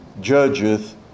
judgeth